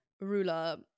ruler